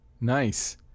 Nice